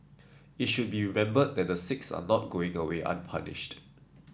it should be remembered that the six are not going away unpunished